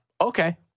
okay